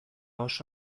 oso